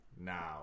Now